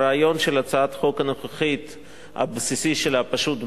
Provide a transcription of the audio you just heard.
הרעיון הבסיסי של הצעת החוק הנוכחית פשוט ביותר,